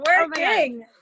working